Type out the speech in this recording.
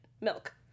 milk